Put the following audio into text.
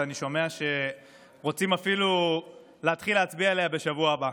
ואני שומע שרוצים אפילו להתחיל להצביע עליה בשבוע הבא.